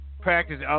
practice